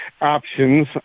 options